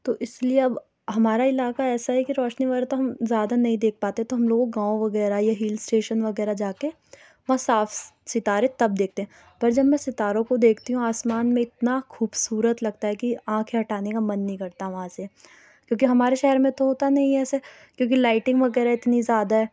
تو اِس لیے اب ہمارا علاقہ ایسا ہے کہ روشنی وغیرہ تو ہم زیادہ نہیں دیکھ پاتے تو ہم لوگ گاؤں وغیرہ یا ہل اسٹیشن وغیرہ جا کے وہاں صاف ستارے تب دیکھتے ہیں اورجب میں ستاروں کو دیکھتی ہوں آسمان میں اتنا خوبصورت لگتا ہے کہ آنکھیں ہٹانے کا من نہیں کرتا وہاں سے کیوں کہ ہمارے شہر میں تو ہوتا نہیں ہے ایسے کیوں کہ لائٹنگ وغیرہ اتنی زیادہ ہے